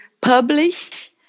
publish